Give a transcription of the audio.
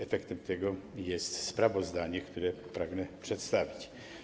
Efektem tego jest sprawozdanie, które pragnę przedstawić.